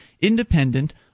independent